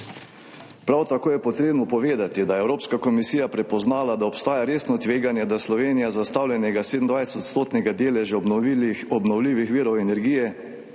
Prav tako je potrebno povedati, da je Evropska komisija prepoznala, da obstaja resno tveganje, da Slovenija zastavljenega 27-odstotnega deleža obnovljivih virov energije